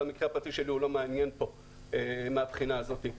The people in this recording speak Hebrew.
אבל המקרה הפרטי שלי לא מעניין פה מבחינה זו.